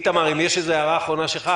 איתמר, אם יש איזו הערה אחרונה שלך.